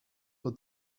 for